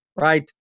right